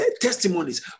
testimonies